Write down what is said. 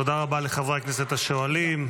תודה רבה לחברי הכנסת השואלים.